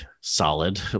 solid